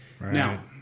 Now